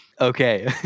Okay